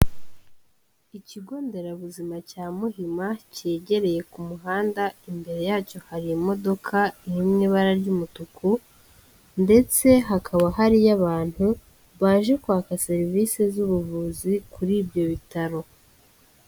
Ikigo nderabuzima cya Muhima cyegereye ku muhanda. Imbere yacyo hari imodoka iri mu ibara ry'umutuku, ndetse hakaba hariyo abantu baje kwaka serivisi z'ubuvuzi kuri ibyo bitaro.